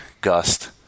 Gust